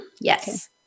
Yes